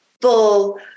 full